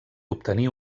obtenir